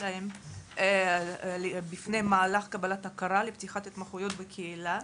שלהם ממהלך קבלת הכרה לפתיחת התמחויות בקהילה,